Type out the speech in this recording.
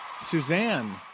Suzanne